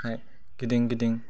थाखाय गिदिं गिदिं